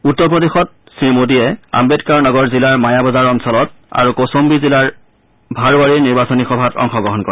উত্তৰ প্ৰদেশত শ্ৰীমোদীয়ে আম্বেদকাৰ নগৰ জিলাৰ মায়াবজাৰ অঞ্চলত আৰু কৌচন্বী জিলাৰ ভাৰৱাৰীৰ নিৰ্বাচনী সভাত অংশগ্ৰহণ কৰে